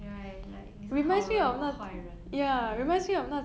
ya like 你是好人 or 坏人 ya